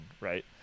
right